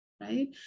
right